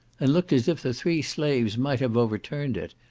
and looked as if the three slaves might have overturned it,